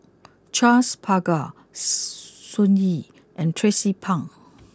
Charles Paglar Sun Yee and Tracie Pang